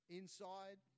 inside